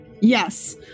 yes